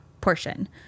portion